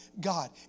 God